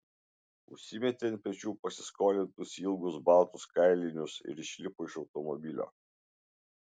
užsimetė ant pečių pasiskolintus ilgus baltus kailinius ir išlipo iš automobilio